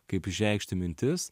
kaip išreikšti mintis